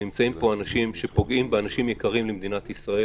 נמצאים פה אנשים שפוגעים באנשים יקרים למדינת ישראל,